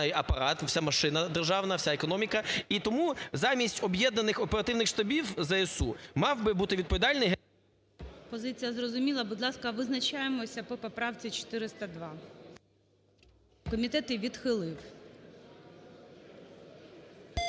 Позиція зрозуміла. Будь ласка, визначаємося по поправці 402. Комітет її відхилив.